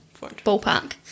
Ballpark